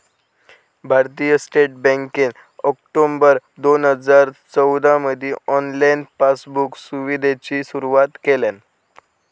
भारतीय स्टेट बँकेन ऑक्टोबर दोन हजार चौदामधी ऑनलाईन पासबुक सुविधेची सुरुवात केल्यान